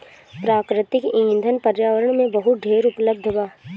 प्राकृतिक ईंधन पर्यावरण में बहुत ढेर उपलब्ध बा